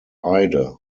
ide